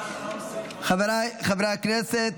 חבריי חברי הכנסת,